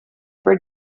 for